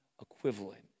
equivalent